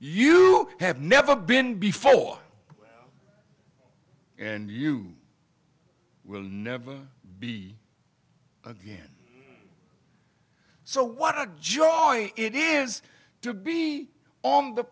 you have never been before and you will never be again so what a joy it is to be on the